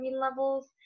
levels